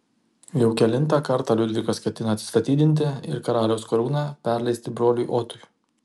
jau kelintą kartą liudvikas ketina atsistatydinti ir karaliaus karūną perleisti broliui otui